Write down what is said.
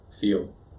feel